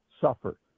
suffer